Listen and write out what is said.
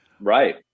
Right